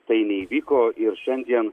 tai neįvyko ir šiandien